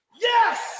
yes